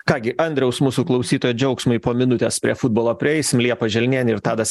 ką gi andriaus mūsų klausytojo džiaugsmui po minutės prie futbolo prieisim liepa želnienė ir tadas